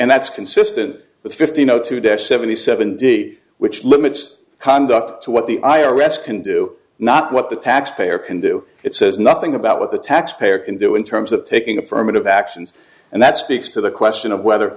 and that's consistent with fifteen zero two deaf seventy seventy which limits conduct to what the i r s can do not what the taxpayer can do it says nothing about what the taxpayer can do in terms of taking affirmative actions and that speaks to the question of whether